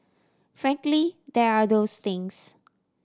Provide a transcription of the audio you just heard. frankly there are those things